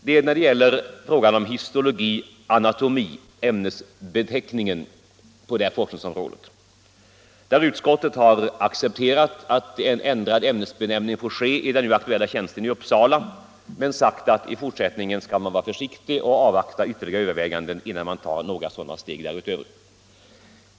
Det gäller ämnesbeteckningen på forskningsområdet histologi och anatomi. Utskottet har accepterat att en ändring av ämnesbeteckningen sker när det gäller den nu aktuella tjänsten i Uppsala men har också sagt att man i fortsättningen skall vara försiktig och avvakta ytterligare överväganden innan man tar några motsvarande steg därutöver.